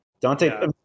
Dante